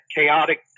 chaotic